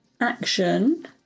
action